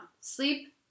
Sleep